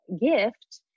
gift